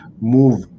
move